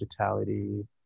digitality